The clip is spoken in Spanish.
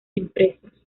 empresas